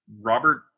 Robert